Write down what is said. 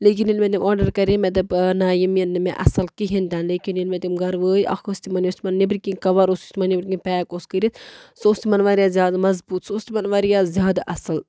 لیکن ییٚلہِ مےٚ تِم آرڈر کَرے مےٚ دوٚپ نَہ یِم یِنۍ نہٕ مےٚ اَصٕل کِہیٖنۍ تہِ نہٕ لیکن ییٚلہِ مےٚ تِم گَرٕ وٲتۍ اَکھ اوس تِمن یُس تِمن نٮ۪بٕرۍ کِنۍ کَور اوس تِمن یہِ پیک اوس کٔرِتھ سُہ اوس تِمن وارِیاہ زیادٕ مظبوٗط سُہ اوس وارِیاہ زیادٕ اَصٕل